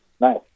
Nice